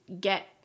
get